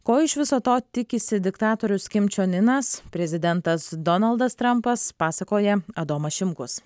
ko iš viso to tikisi diktatorius kim čion inas prezidentas donaldas trampas pasakoja adomas šimkus